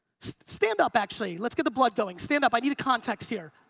stand up actually, let's get the blood going. stand up, i need a context here.